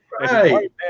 Right